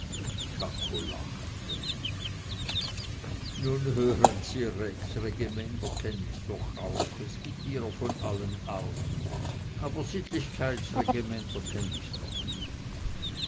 czako lachte nun hören sie rex regimenter kenn ich doch auch es gibt ihrer von allen arten aber sittlichkeitsregimenter kenn ich noch nicht